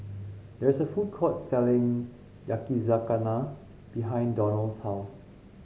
there is a food court selling Yakizakana behind Donnell's house